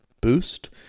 boost